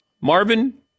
Marvin